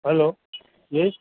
हलो जी